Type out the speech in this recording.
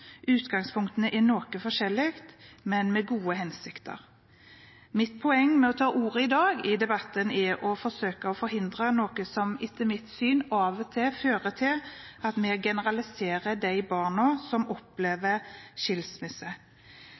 Utgangspunktene er noe forskjellige, men det er med gode hensikter. Mitt poeng med å ta ordet i debatten i dag er å forsøke å forhindre noe som etter mitt syn av og til fører til at vi generaliserer de barna som opplever skilsmisse.